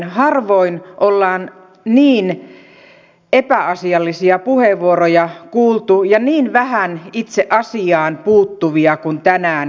harvoin on niin epäasiallisia puheenvuoroja kuultu ja niin vähän itse asiaan puuttuvia kuin tänään kuulimme